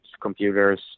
computers